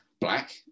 black